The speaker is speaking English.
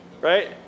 right